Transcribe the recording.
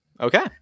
Okay